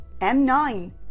M9